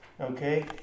Okay